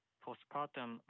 postpartum